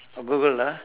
oh google ah